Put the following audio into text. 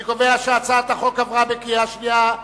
אני קובע שהצעת החוק עברה בקריאה שנייה.